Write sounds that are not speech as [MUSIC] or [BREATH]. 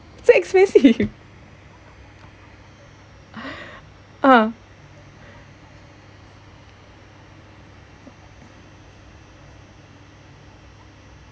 so expensive [BREATH] uh